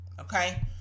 okay